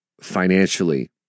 financially